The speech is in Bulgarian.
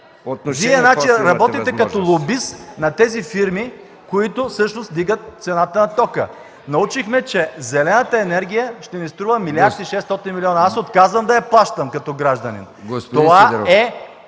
Вие работите като лобист на тези фирми, които всъщност вдигат цената на тока. Научихме, че зелената енергия ще ни струва милиард и 600 милиона. Аз отказвам да я плащам като гражданин. Това е